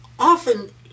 often